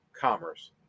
commerce